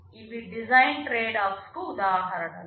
ఇవి డిజైన్ ట్రేడ్ఆఫ్స్కు ఉదాహరణ లు